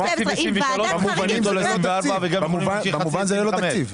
במובן הזה, זה ללא תקציב.